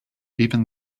even